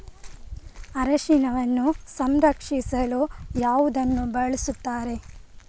ಅರಿಶಿನವನ್ನು ಸಂಸ್ಕರಿಸಲು ಯಾವುದನ್ನು ಬಳಸುತ್ತಾರೆ?